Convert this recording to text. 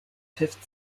fifth